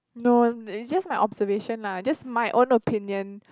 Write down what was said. no it's just my observation lah just my own opinion